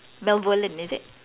is it